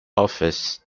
office